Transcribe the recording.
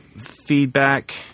feedback